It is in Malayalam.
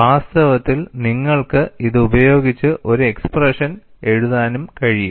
വാസ്തവത്തിൽ നിങ്ങൾക്ക് അത് ഉപയോഗിച്ച് ഒരു എക്സ്പ്രഷൻ എഴുതാനും കഴിയും